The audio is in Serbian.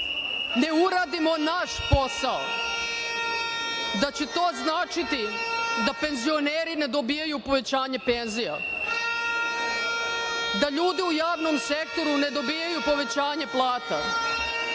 ne uradimo naš posao da će to značiti da penzioneri ne dobijaju povećanje penzija, da ljudi u javnom sektoru ne dobijaju povećanje plata,